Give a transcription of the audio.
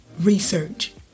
research